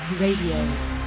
Radio